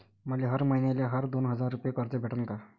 मले हर मईन्याले हर दोन हजार रुपये कर्ज भेटन का?